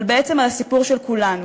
אבל בעצם על הסיפור של כולנו,